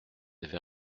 avez